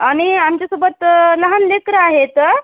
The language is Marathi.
आणि आमच्यासोबत लहान लेकरं आहेत